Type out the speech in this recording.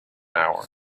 hour